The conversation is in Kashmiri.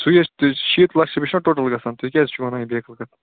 سُے ہے چھِ شیٖتھ لچھ رۄپیہِ چھِ نہَ ٹوٹَل گَژھان تُہۍ کیازِ چھِو وَنان یہِ بے عقٕل کَتھٕ